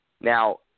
Now